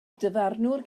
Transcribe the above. dyfarnwr